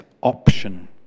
option